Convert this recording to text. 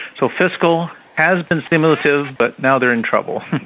so fiscal has been stimulative, but now they're in trouble.